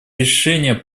решения